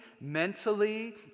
mentally